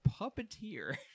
Puppeteer